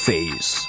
Face